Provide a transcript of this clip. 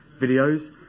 videos